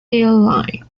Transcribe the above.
airline